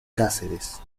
cáceres